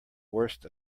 worst